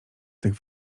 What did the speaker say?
tych